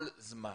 כל זמן